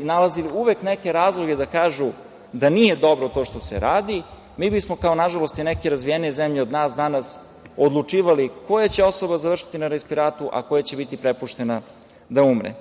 nalazili uvek neke razloge da kažu da nije dobro to što se radi, mi bismo kao, nažalost, i neke razvijenije zemlje od nas danas odlučivali koja će osoba završiti na respiratoru, a koja će biti prepuštena da umre.